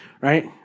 right